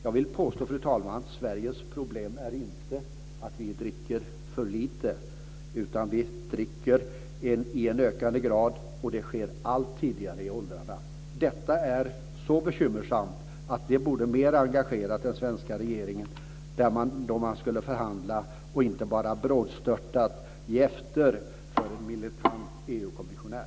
Jag vill påstå, fru talman, att Sveriges problem inte är att vi dricker för lite här, utan att vi dricker i en ökande grad och att det sker allt tidigare i åldrarna. Detta är så bekymmersamt att det borde ha engagerat den svenska regeringen mer då den skulle förhandla. Man borde inte bara brådstörtat ge efter för en militant EU-kommissionär.